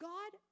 God